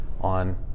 on